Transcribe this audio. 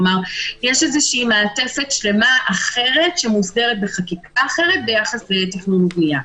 כלומר יש מעטפת שלמה אחרת שמוסדרת בחקיקה אחרת ביחס לתכנון ובנייה.